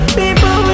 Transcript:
people